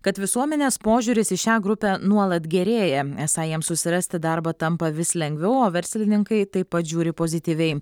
kad visuomenės požiūris į šią grupę nuolat gerėja esą jiems susirasti darbą tampa vis lengviau o verslininkai taip pat žiūri pozityviai